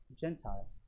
Gentile